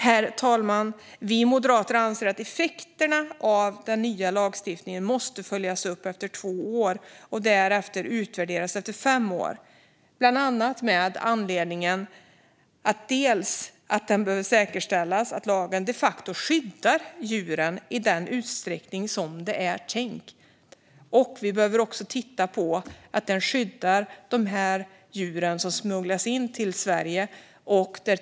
Slutligen anser Moderaterna att effekterna av den nya lagstiftningen måste följas upp efter två år och därefter utvärderas efter fem år, bland annat med anledning av att det behöver säkerställas att lagen de facto skyddar djuren i den utsträckning som det är tänkt. Vi behöver också titta på att lagen skyddar de djur som smugglas in till Sverige.